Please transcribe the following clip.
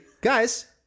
guys